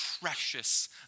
precious